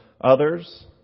others